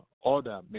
order